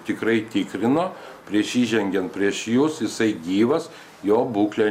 tikrai tikrino prieš įžengiant prieš jus jisai gyvas jo būklė